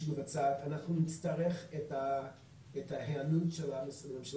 המבצעת אנחנו נצטרך את ההיענות של המשרדים.